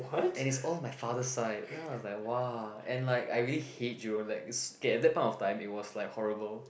and it's all my father side then I was like [wah] and like I really hate Jurong like it's k at that point of time it was like horrible